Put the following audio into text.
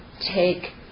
take